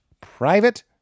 private